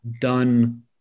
done